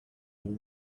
all